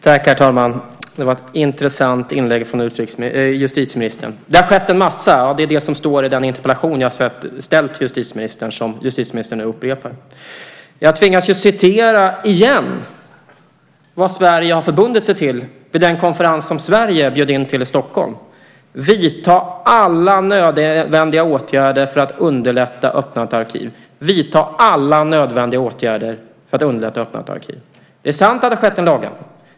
Herr talman! Det var ett intressant inlägg från justitieministern. Det har skett en massa. Ja, det är det som står i den interpellation jag har ställt till justitieministern som justitieministern nu upprepar. Jag tvingas att upprepa vad Sverige har förbundit sig till vid den konferens som Sverige bjöd in till i Stockholm, nämligen att man ska vidta alla nödvändiga åtgärder för att underlätta öppnandet av arkiv. Det är sant att det har skett en lagändring.